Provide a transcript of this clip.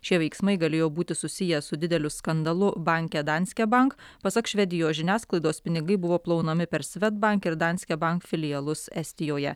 šie veiksmai galėjo būti susiję su dideliu skandalu banke danske bank pasak švedijos žiniasklaidos pinigai buvo plaunami per svedbank ir danske bank filialus estijoje